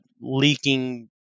leaking